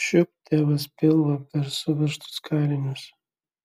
šiupt tėvas pilvą per suveržtus kailinius